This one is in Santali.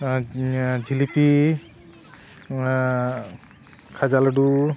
ᱡᱷᱤᱞᱟᱹᱯᱤ ᱠᱷᱟᱡᱟ ᱞᱟᱹᱰᱩ